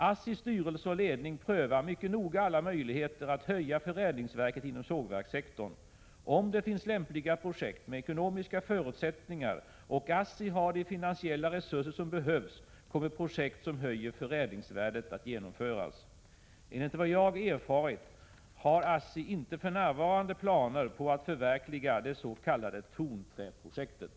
ASSI:s styrelse och ledning prövar mycket noga alla möjligheter att höja förädlingsvärdet inom sågverkssektorn. Om det finns lämpliga projekt med ekonomiska förutsättningar och ASSI har de finansiella resurser som behövs kommer projekt som höjer förädlingsvärdet att genomföras. Enligt vad jag erfarit har ASSI inte för närvarande planer på att förverkliga det s.k. Tonträprojektet.